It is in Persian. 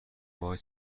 وای